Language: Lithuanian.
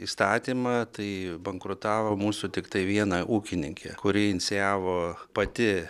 įstatymą tai bankrutavo mūsų tiktai viena ūkininkė kuri inicijavo pati